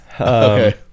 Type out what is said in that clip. Okay